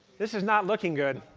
this is not looking good.